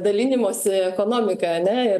dalinimosi ekonomika ane ir